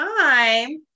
time